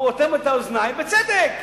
הוא אוטם את האוזניים, בצדק.